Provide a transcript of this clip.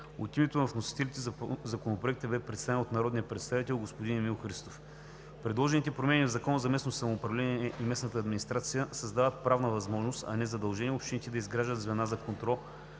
От името на вносителите Законопроектът бе представен от народния представител господин Емил Христов. Предложените промени в Закона за местното самоуправление и местната администрация създават правна възможност, а не задължение общините да изграждат звена за контрол